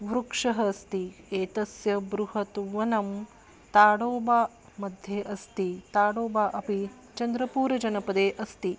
वृक्षः अस्ति एतस्य बृहत् वनं ताडोबा मध्ये अस्ति ताडोबा अपि चन्द्रपूरजनपदे अस्ति